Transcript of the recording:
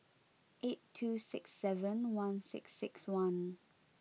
eight two six seven one six six one